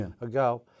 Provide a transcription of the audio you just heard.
ago